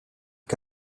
che